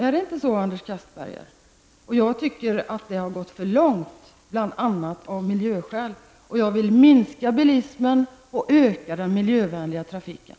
Är det inte så, Anders Castberger? Jag tycker att det har gått för långt, bl.a. av miljöskäl. Jag vill minska bilismen och öka den miljövänliga trafiken.